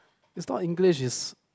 it's not English is